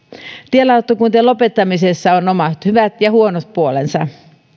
tielautakuntien lopettamisessa on omat hyvät ja huonot puolensa